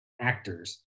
actors